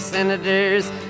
Senators